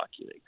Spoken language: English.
League